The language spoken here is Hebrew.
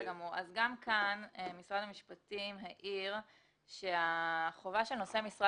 גם כאן משרד המשפטים העיר שהחובה של נושא משרה